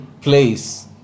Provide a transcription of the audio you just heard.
place